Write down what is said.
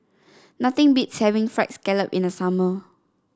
nothing beats having fried scallop in the summer